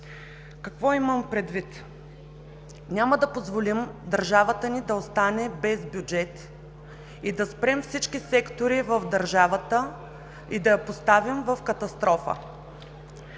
Какво имам предвид? Няма да позволим държавата ни да остане без бюджет, да спрем всички сектори в държавата и да я поставим в катастрофа.